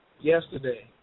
Yesterday